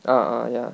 ah ah ya